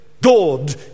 God